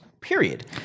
period